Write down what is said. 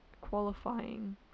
qualifying